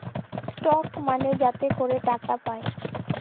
stock মালে যাতে ক্যরে টাকা পায়